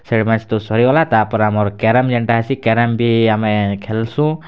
ସେ ମ୍ୟାଚ୍ ତ ସରିଗଲା ତା'ର୍ ପରେ ଆମର୍ କ୍ୟାରମ୍ ଯେନ୍ତା ହେସି କ୍ୟାରମ୍ ବି ଆମେ ଖେଲ୍ସୁ